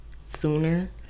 sooner